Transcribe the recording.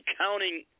counting